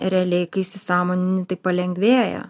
realiai kai įsisąmonini tai palengvėja